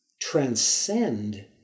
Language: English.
transcend